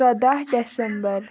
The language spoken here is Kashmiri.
ژۄداہ ڈیٚسَمبر